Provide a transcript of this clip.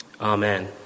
Amen